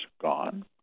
gone